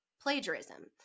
plagiarism